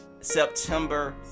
September